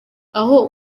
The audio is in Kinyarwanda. aho